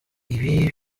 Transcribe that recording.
ibi